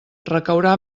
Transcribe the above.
recaurà